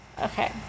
Okay